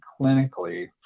clinically